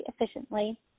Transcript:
efficiently